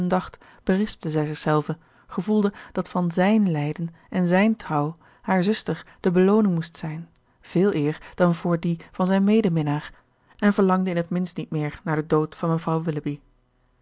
berispte zij zichzelve gevoelde dat van zijn lijden en zijne trouw haar zuster de belooning moest zijn veeleer dan voor die van zijn medeminnaar en verlangde in het minst niet meer naar den dood van mevrouw